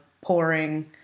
pouring